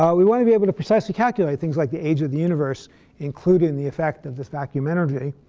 um we want to be able to precisely calculate things like the age of the universe including the effect of this vacuum energy.